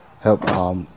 Help